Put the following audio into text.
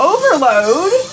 Overload